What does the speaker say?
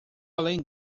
além